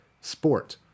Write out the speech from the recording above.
sport